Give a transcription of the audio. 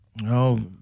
No